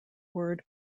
word